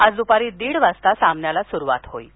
आज द्पारी दीड वाजता सामन्याला सुरवात होईल